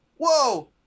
whoa